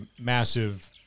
massive